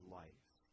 life